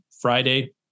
Friday